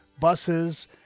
buses